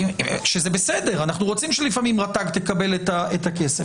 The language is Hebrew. זה בסדר, אנחנו רוצים שלפעמים רט"ג תקבל את הכסף.